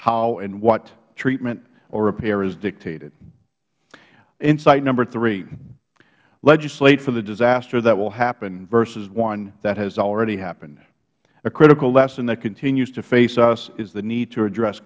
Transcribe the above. how and what treatment or repair is dictated insight number three legislate for the disaster that will happen versus one that has already happened a critical lesson that continues to face us is the need to address